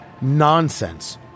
Nonsense